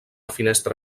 finestra